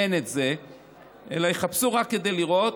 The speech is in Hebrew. אין את זה, אלא יחפשו רק כדי לראות,